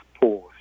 pause